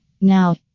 Now